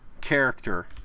character